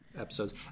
episodes